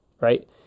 right